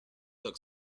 look